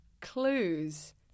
clues